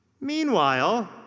Meanwhile